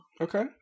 Okay